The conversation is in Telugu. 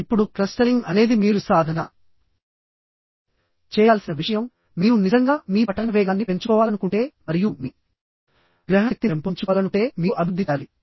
ఇప్పుడుక్లస్టరింగ్ అనేది మీరు సాధన చేయాల్సిన విషయంమీరు నిజంగా మీ పఠన వేగాన్ని పెంచుకోవాలనుకుంటే మరియు మీ గ్రహణ శక్తిని కూడా పెంపొందించుకోవాలనుకుంటే పెంపొందించుకోవాలనుకుంటే మీరు అభివృద్ధి చేయాలి